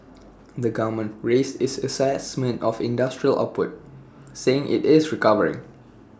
the government raised its Assessment of industrial output saying IT is recovering